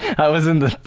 i was in the